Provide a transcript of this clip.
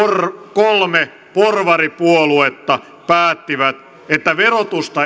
kolme porvaripuoluetta päättivät että verotusta